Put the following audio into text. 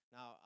Now